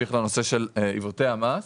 נמשיך לנושא של עיוותי המס.